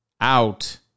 out